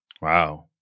Wow